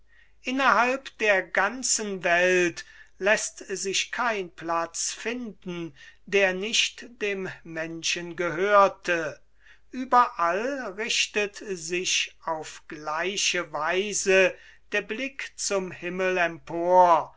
innerhalb der ganzen welt läßt sich kein platz finden der nicht dem menschen gehörte überallher richtet sich auf gleiche weise der blick zum himmel empor